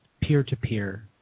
peer-to-peer